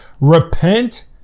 repent